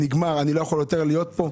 לא יכול יותר להיות פה?